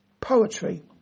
Poetry